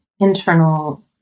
internal